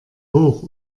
hoch